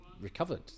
recovered